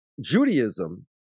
Judaism